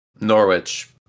norwich